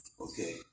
okay